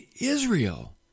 Israel